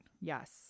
Yes